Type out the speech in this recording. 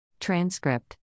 Transcript